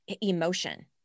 emotion